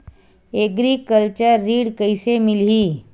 Agriculture ऋण कइसे मिलही?